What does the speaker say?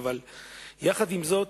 עם זאת,